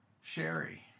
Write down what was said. Sherry